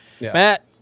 Matt